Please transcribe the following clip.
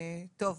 טוב,